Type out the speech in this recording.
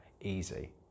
easy